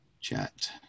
chat